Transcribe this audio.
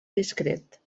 discret